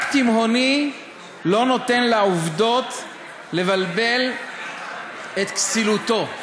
רק תימהוני לא נותן לעובדות לבלבל את כסילותו,